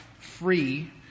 free